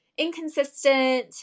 inconsistent